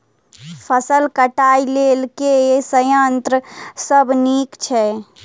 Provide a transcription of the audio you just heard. फसल कटाई लेल केँ संयंत्र सब नीक छै?